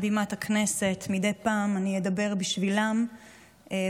בימת הכנסת אני אדבר מדי פעם בשבילם ולמענם,